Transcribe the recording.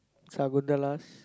Sakunthala's